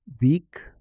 week